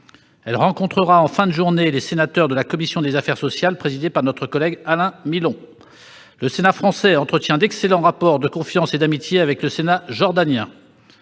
Elle rencontrera en fin de journée les sénateurs de la commission des affaires sociales présidée par notre collègue Alain Milon. Le Sénat français entretient d'excellents rapports de confiance et d'amitié avec le Sénat jordanien.